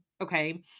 okay